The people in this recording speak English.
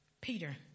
Peter